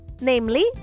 namely